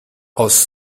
aus